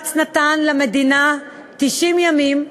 בג"ץ נתן למדינה 90 ימים,